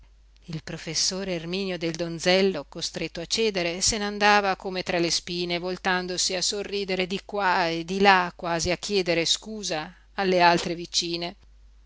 il professor erminio del donzello costretto a cedere se n'andava come tra le spine voltandosi a sorridere di qua e di là quasi a chiedere scusa alle altre vicine